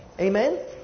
Amen